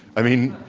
i mean,